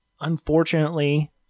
Unfortunately